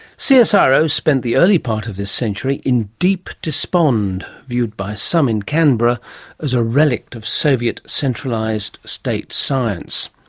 so csiro spent the early part of this century in deep despond, viewed by some in canberra as a relic of soviet centralised state science.